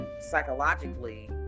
psychologically